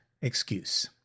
excuse